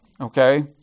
Okay